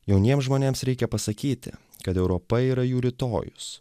jauniems žmonėms reikia pasakyti kad europa yra jų rytojus